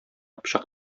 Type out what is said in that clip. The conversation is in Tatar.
пычак